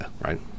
right